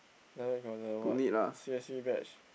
ya got the what C_F_C badge